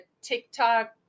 TikTok